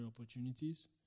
opportunities